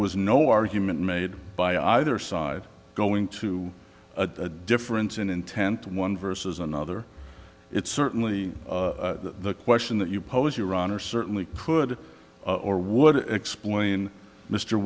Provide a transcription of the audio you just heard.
was no argument made by either side going to a difference in intent one versus another it's certainly the question that you pose your honor certainly could or would explain mr